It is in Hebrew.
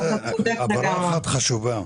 זאת הערה חשובה.